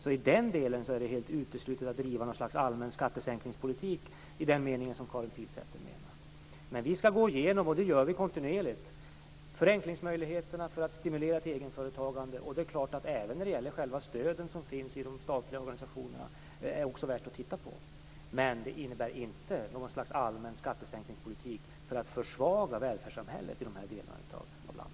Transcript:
I den delen är det helt uteslutet att driva något slags allmän skattesänkningspolitik i den meningen som Karin Pilsäter menar. Vi går kontinuerligt igenom förenklingmöjligheter för att stimulera egenföretagande, och det skall vi fortsätta med. Det är klart att det är värt att även se över själva stöden som finns i de statliga organisationerna. Men det innebär inte något slags allmän skattesänkningspolitik för att försvaga välfärdssamhället i dessa delar av landet.